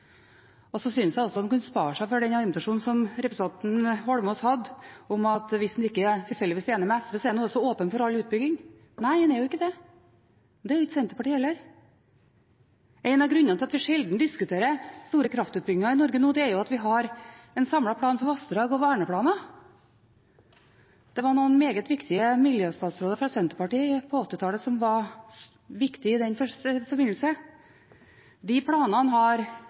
Jeg syns også man kan spare seg for argumentasjonen som representanten Eidsvoll Holmås hadde om at hvis en ikke tilfeldigvis er enig med SV, er en åpen for all utbygging. Nei, en er ikke det. Det er ikke Senterpartiet heller. En av grunnene til at vi sjelden diskuterer store kraftutbygginger i Norge nå, er at vi har en samlet plan for vassdrag, og vi har verneplaner. Det var noen miljøstatsråder fra Senterpartiet på 1980-tallet som var meget viktige i den forbindelse. De planene har til sammen berget viktig vassdragsnatur i Norge. Det er bra, men vi må faktisk også erkjenne at vi har